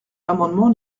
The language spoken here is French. l’amendement